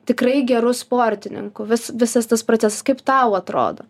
tikrai geru sportininku vis visas tas procesas kaip tau atrodo